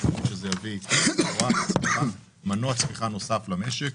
אנחנו חושבים שזה יביא מנוע צמיחה נוסף למשק.